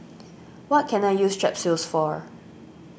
what can I use Strepsils for